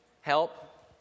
help